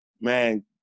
man